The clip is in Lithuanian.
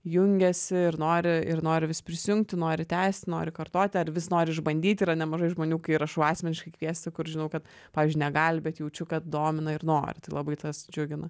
jungiasi ir nori ir nori vis prisijungti nori tęst nori kartoti ar vis nori išbandyti yra nemažai žmonių kai rašau asmeniškai kviesti kur žinau kad pavyzdžiui negali bet jaučiu kad domina ir nori tai labai tas džiugina